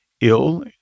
ill